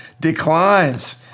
declines